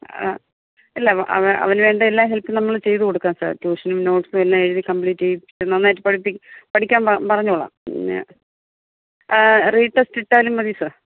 ആ ഇല്ല അവന് വേണ്ട എല്ലാ ഹെൽപ്പും നമ്മൾ ചെയ്തു കൊടുക്കാം സാർ ട്യൂഷനും നോട്ട്സും എല്ലാം എഴുതി കംപ്ലീറ്റ് ചെയ്ത് നന്നായിട്ട് പഠിപ്പിച്ച് പഠിക്കാൻ പറഞ്ഞുകൊളളാം പിന്നെ റീടെസ്റ്റ് ഇട്ടാലും മതി സാർ